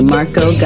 Marco